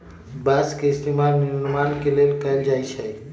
बास के इस्तेमाल निर्माण के लेल कएल जाई छई